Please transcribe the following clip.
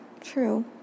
True